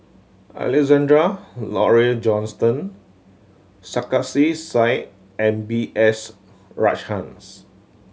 Alexander Laurie Johnston Sarkasi Said and B S Rajhans